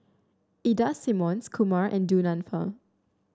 Ida Simmons Kumar and Du Nanfa